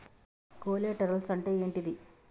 Collaterals అంటే ఏంటిది?